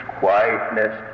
quietness